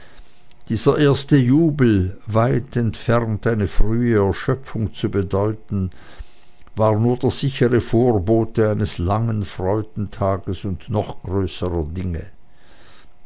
dieser erste jubel weit entfernt eine frühe erschöpfung zu bedeuten war nur der sichere vorbote eines langen freudentages und noch größerer dinge